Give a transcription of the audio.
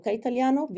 italiano